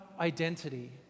identity